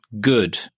good